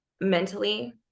mentally